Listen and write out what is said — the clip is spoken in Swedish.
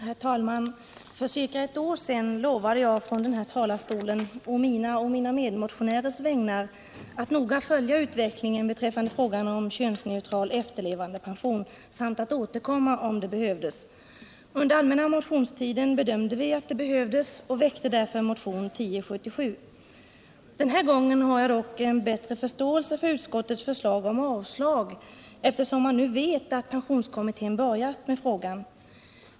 Herr talman! För ca ett år sedan lovade jag från denna talarstol å mina och mina medmotionärers vägnar att noga följa utvecklingen beträffande frågan om könsneutral efterlevandepension, samt att återkomma om det behövdes. Under den allmänna motionstiden bedömde vi att det behövdes och väckte därför motionen 1077. Den här gången har jag en bättre förståelse för utskottets förslag om avslag, eftersom man nu vet att pensionskommittén börjat med frågan.